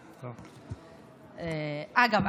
אגב,